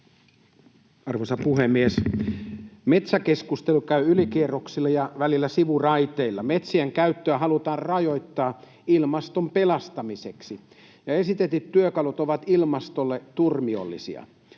Arvoisa puhemies! Metsäkeskustelu käy ylikierroksilla ja välillä sivuraiteilla. Metsien käyttöä halutaan rajoittaa ilmaston pelastamiseksi, ja esitetyt työkalut ovat ilmastolle turmiollisia.